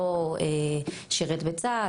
לא שירת בצה"ל,